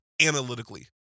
analytically